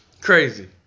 crazy